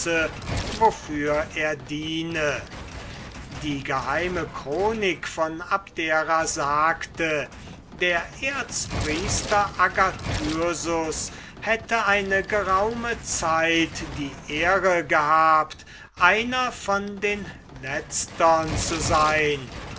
wofür er diene die geheime chronik von abdera sagte daß der erzpriester agathyrsus eine geraume zeit die ehre gehabt einer von den letztern zu sein